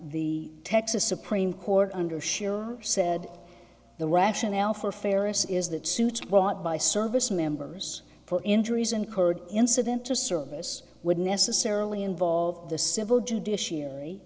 the texas supreme court under sure said the rationale for ferrous is that suit brought by service members for injuries incurred incident to service would necessarily involve the civil judicia